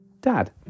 Dad